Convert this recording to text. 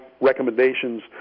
recommendations